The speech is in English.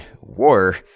war